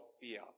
fear